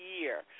year